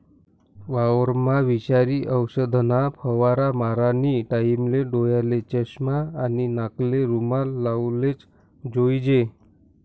वावरमा विषारी औषधना फवारा मारानी टाईमले डोयाले चष्मा आणि नाकले रुमाल लावलेच जोईजे